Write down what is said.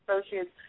associates